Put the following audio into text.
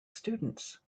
students